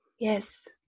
Yes